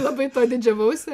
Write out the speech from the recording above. labai tuo didžiavausi